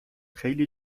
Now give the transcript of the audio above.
خیلی